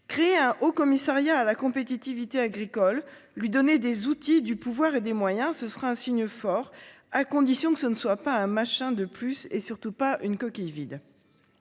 Créer un Haut Commissariat à la compétitivité agricole lui donner des outils du pouvoir et des moyens. Ce sera un signe fort, à condition que ce ne soit pas un machin de plus et surtout pas une coquille vide.